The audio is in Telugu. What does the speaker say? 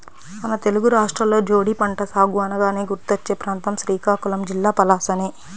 మన తెలుగు రాష్ట్రాల్లో జీడి పంట సాగు అనగానే గుర్తుకొచ్చే ప్రాంతం శ్రీకాకుళం జిల్లా పలాసనే